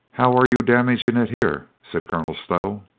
how are you damaging it here? said colonel stow.